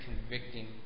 convicting